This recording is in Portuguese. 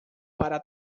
para